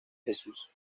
jesús